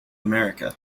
america